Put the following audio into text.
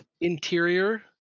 interior